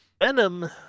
Venom